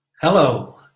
hello